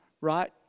right